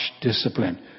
discipline